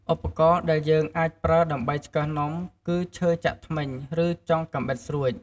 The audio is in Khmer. ឧបករណ៍ដែលយើងអាចប្រើដើម្បីឆ្កឹះនំ គឺឈើចាក់ធ្មេញ ឬចុងកាំបិតស្រួច។